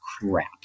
crap